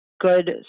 good